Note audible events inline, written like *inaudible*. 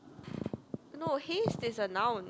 *noise* no haste is a noun